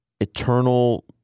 eternal